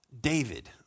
David